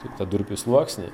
tą durpių sluoksnį